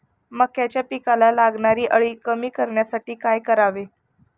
मक्याच्या पिकाला लागणारी अळी कमी करण्यासाठी काय करावे?